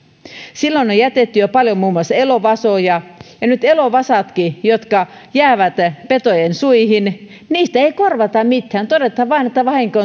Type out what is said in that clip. silloin on jätetty jo paljon muun muassa elovasoja ja nyt elovasoistakaan jotka jäävät petojen suihin ei korvata mitään todetaan vain että vahinko